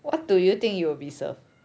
what do you think you will be served